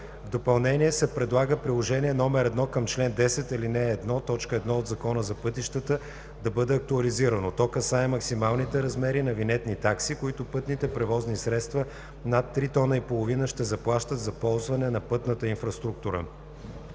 В допълнение се предлага Приложение № 1 към чл. 10, ал. 1, т. 1 от Закона за пътищата да бъде актуализирано. То касае максималните размери на винетни такси, които пътните превозни средства над 3,5 тона ще заплащат за ползване на пътната инфраструктура.